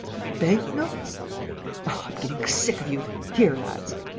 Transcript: bank-notes? oh, i'm getting sick of you! here, lads.